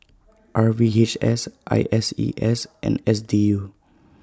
R V H S I S E A S and S D U